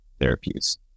therapies